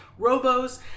robos